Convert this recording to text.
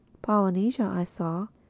polynesia, i saw,